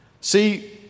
See